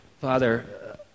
Father